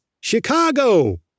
Chicago